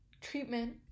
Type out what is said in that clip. treatment